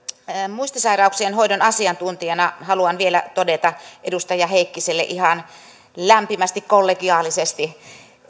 muistisairauksien hoidon asiantuntijana haluan vielä todeta edustaja heikkiselle ihan lämpimästi kollegiaalisesti